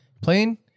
Plane